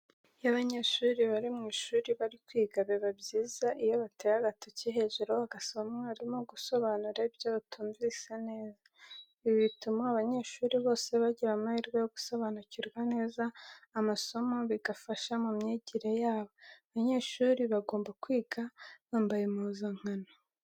Iyo abanyeshuri bari mu ishuri bari kwiga, biba byiza iyo bateye agatoki hejuru bagasaba umwarimu gusobanura ibyo batumvise neza. Ibi bituma abanyeshuri bose bagira amahirwe yo gusobanukirwa neza amasomo bigafasha mu myigire yabo. Abanyeshuri bagomba kwiga bambaye impuzankano.